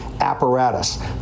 apparatus